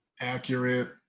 Accurate